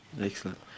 Excellent